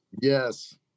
Yes